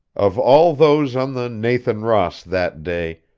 of all those on the nathan ross that day,